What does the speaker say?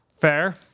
Fair